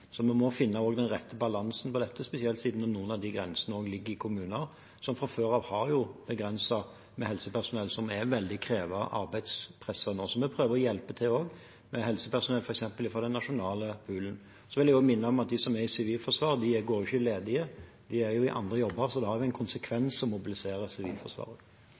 Vi må også finne den rette balansen i dette, spesielt siden noen av de grensene ligger i kommuner som fra før av har begrenset med helsepersonell, og som er veldig presset med arbeid nå. Så vi prøver å hjelpe til f.eks. med helsepersonell fra den nasjonale poolen. Jeg vil også minne om at de som er i Sivilforsvaret, går jo ikke ledige, de er i andre jobber, så det har jo en konsekvens å mobilisere Sivilforsvaret.